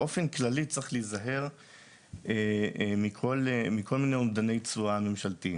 באופן כללי צריך להיזהר מכל מיני אומדני תשואה ממשלתיים.